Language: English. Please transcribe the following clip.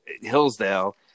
Hillsdale